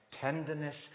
Tenderness